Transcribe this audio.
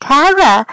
Tara